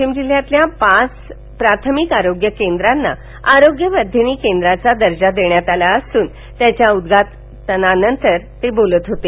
वाशिम जिल्ह्यातील पाच प्राथमिक आरोग्य केंद्रांना आरोग्यवर्धिनी केंद्राचा दर्जा देण्यात आला असून त्याच्या उदघाटनानंतर ते बोलत होते